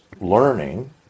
learning